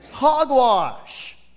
hogwash